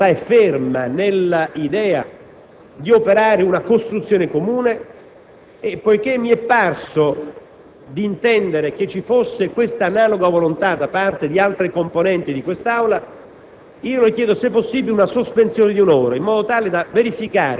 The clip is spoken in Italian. Presidente, onorevoli colleghi, la mia volontà è ferma nell'idea di operare una costruzione comune e poiché mi è parso di intendere che ci fosse questa analoga volontà da parte di altre componenti dell'Aula,